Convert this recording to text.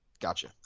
Gotcha